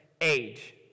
age